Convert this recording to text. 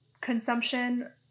consumption